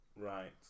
Right